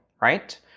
right